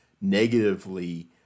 negatively